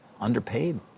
Underpaid